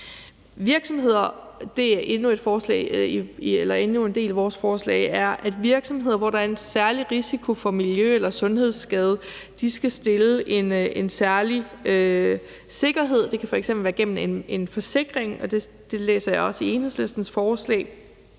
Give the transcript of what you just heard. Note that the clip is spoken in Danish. sikkerhed eller ej. En anden del af vores forslag handler om, at virksomheder, hvor der er en særlig risiko for miljø- eller sundhedskade, skal stille en særlig sikkerhed. Det kan f.eks. være gennem en forsikring, og det læser jeg også er med i Enhedslistens forslag.